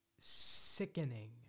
sickening